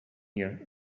here